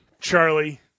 Charlie